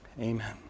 Amen